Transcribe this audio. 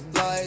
life